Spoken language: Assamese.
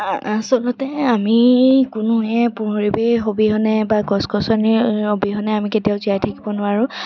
আচলতে আমি কোনোৱে পৰিৱেশ অবিহনে বা গছ গছনি অবিহনে জীয়াই থাকিব নোৱাৰোঁ